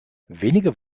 wenige